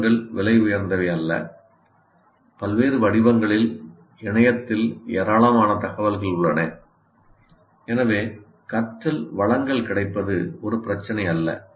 புத்தகங்கள் விலை உயர்ந்தவை அல்ல பல்வேறு வடிவங்களில் இணையத்தில் ஏராளமான தகவல்கள் உள்ளன எனவே கற்றல் வளங்கள் கிடைப்பது ஒரு பிரச்சினை அல்ல